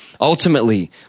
ultimately